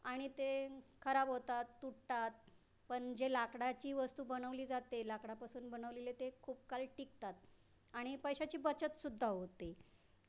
आणि ते खराब होतात तुटतात पण जे लाकडाची वस्तू बनवली जाते लाकडापासून बनवलेले ते खूप काळ टिकतात आणि पैशाची बचतसुद्धा होते